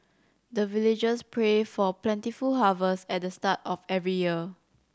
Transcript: the villagers pray for plentiful harvest at the start of every year